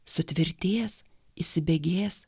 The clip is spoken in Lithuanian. sutvirtės įsibėgės